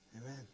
Amen